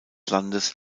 landes